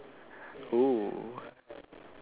ooh